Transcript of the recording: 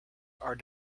are